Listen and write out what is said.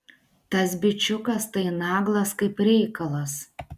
tas bičiukas tai naglas kaip reikalas